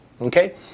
Okay